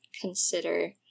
consider